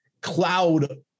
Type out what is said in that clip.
cloud